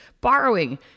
borrowing